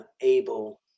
able